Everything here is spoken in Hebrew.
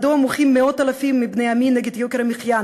מדוע מוחים מאות אלפים מבני עמי נגד יוקר המחיה,